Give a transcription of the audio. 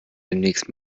demnächst